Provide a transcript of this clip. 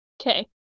Okay